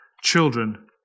children